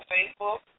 Facebook